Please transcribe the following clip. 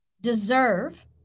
deserve